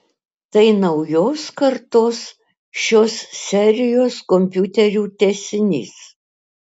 tai naujos kartos šios serijos kompiuterių tęsinys